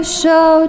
show